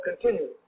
continue